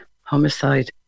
homicide